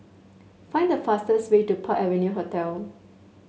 find the fastest way to Park Avenue Hotel